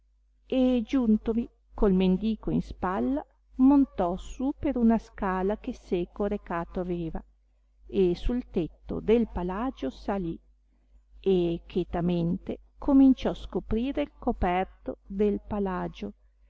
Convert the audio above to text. e giuntovi col mendico in spalla montò su per una scala che seco recato aveva e su'l tetto del palagio salì e chetamente cominciò scoprire il coperto del palagio